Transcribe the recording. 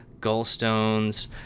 gallstones